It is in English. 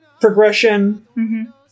progression